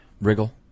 Wriggle